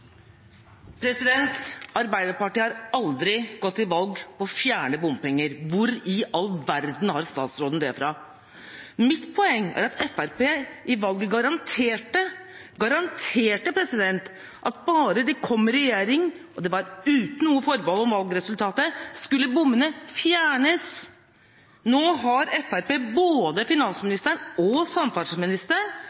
Arbeiderpartiet har aldri gått til valg på å fjerne bompenger. Hvor i all verden har statsråden det fra? Mitt poeng var at Fremskrittspartiet i valget garanterte – garanterte – at bare de kom i regjering, og det var uten noe forbehold om valgresultatet, skulle bommene fjernes. Nå har Fremskrittspartiet både finansministeren og samferdselsministeren,